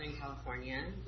California